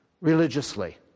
religiously